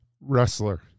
wrestler